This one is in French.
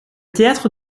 théâtre